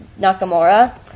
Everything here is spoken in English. Nakamura